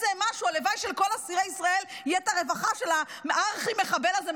הלוואי שלכל אסירי ישראל יהיה את הרווחה של הארכי-מחבל הזה,